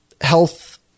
health